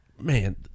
man